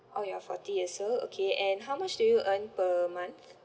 oh you're forty years old okay and how much do you earn per month